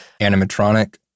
Animatronic